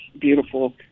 beautiful